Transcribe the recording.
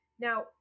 Now